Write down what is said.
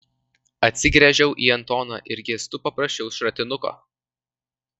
atsigręžiau į antoną ir gestu paprašiau šratinuko